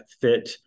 Fit